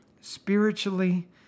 Spiritually